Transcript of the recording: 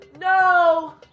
No